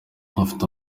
bafite